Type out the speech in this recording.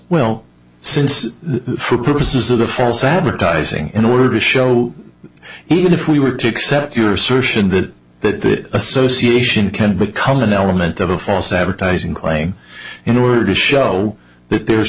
well since for purposes of the false advertising in order to show even if we were to accept your assertion that that association can become an element of a false advertising lying in order to show that there's